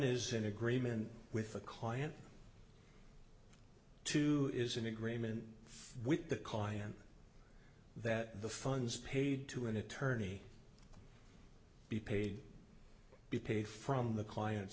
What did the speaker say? is in agreement with a client to is an agreement with the current that the funds paid to an attorney be paid be paid from the clients